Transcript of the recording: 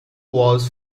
was